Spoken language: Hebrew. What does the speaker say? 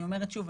ואני אומרת שוב,